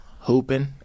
hooping